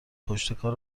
پشتکار